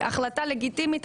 החלטה לגיטימית,